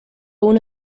uno